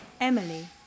Emily